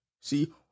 See